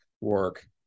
work